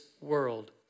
world